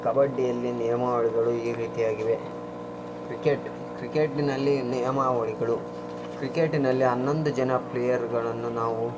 ಕಬಡ್ಡಿಯಲ್ಲಿ ನಿಯಮಾವಳಿಗಳು ಈ ರೀತಿಯಾಗಿವೆ ಕ್ರಿಕೆಟ್ ಕ್ರಿಕೆಟ್ಟಿನಲ್ಲಿ ನಿಯಮಾವಳಿಗಳು ಕ್ರಿಕೆಟಿನಲ್ಲಿ ಹನ್ನೊಂದು ಜನ ಪ್ಲೇಯರ್ಗಳನ್ನು ನಾವು